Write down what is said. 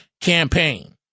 campaign